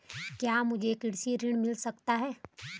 क्या मुझे कृषि ऋण मिल सकता है?